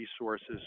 resources